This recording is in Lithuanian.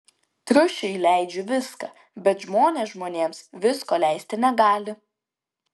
triušiui leidžiu viską bet žmonės žmonėms visko leisti negali